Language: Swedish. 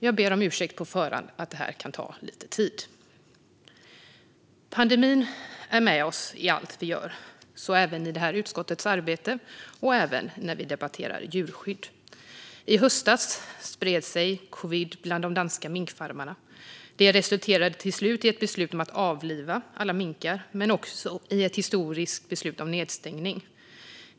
Jag ber på förhand om ursäkt för att det kan ta lite tid. Pandemin är med oss i allt vi gör, så även i utskottets arbete och även när vi debatterar djurskydd. I höstas spred sig covid bland de danska minkfarmarna. Det resulterade till slut i ett beslut om att avliva alla minkar men också i ett historiskt beslut om nedstängning.